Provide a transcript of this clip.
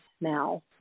now